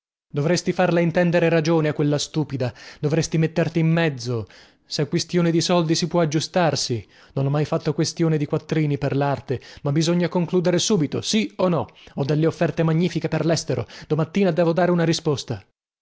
dovresti farle intendere ragione a quella stupida dovresti metterti in mezzo sè quistione di soldi si può aggiustarsi non ho mai fatto questione di quattrini per larte ma bisogna concludere subito sì o no ho delle offerte magnifiche per lestero domattina devo dare una risposta